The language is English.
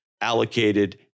allocated